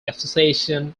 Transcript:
association